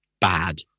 bad